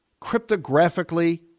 cryptographically